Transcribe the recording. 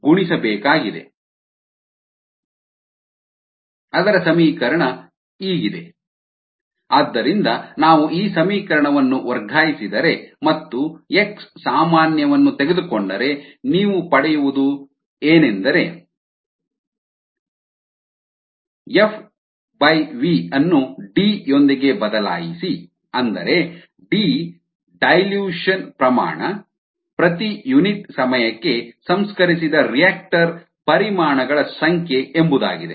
FxxV ಆದ್ದರಿಂದ ನಾವು ಈ ಸಮೀಕರಣವನ್ನು ವರ್ಗಾಯಿಸಿದರೆ ಮತ್ತು x ಸಾಮಾನ್ಯವನ್ನು ತೆಗೆದುಕೊಂಡರೆ ನೀವು ಪಡಿಯುವುದು ಏನೆಂದರೆ 0xV Fx 0 FVx F V FV ಅನ್ನು ಡಿ ಯೊಂದಿಗೆ ಬದಲಾಯಿಸಿ ಅಂದರೆ ಡಿ ಡೈಲ್ಯೂಷನ್ ಸಾರಗುಂದಿಸುವಿಕೆ ಪ್ರಮಾಣ ಪ್ರತಿ ಯುನಿಟ್ ಸಮಯಕ್ಕೆ ಸಂಸ್ಕರಿಸಿದ ರಿಯಾಕ್ಟರ್ ಪರಿಮಾಣಗಳ ಸಂಖ್ಯೆ ಎಂಬುದಾಗಿದೆ